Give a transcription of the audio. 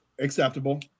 acceptable